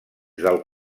del